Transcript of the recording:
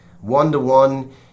One-to-one